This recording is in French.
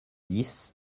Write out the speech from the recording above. dix